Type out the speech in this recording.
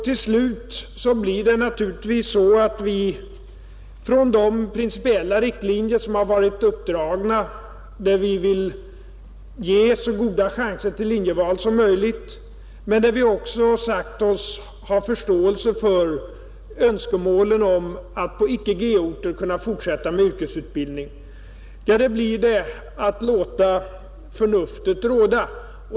Till slut blir det naturligtvis så, att vi från de principiella riktlinjer som har varit uppdragna, där vi vill ge så goda chanser till linjeval som möjligt men där vi också sagt oss ha förståelse för önskemålen om att på icke-g-orter kunna fortsätta med yrkesutbildning måste försöka låta förnuftet råda.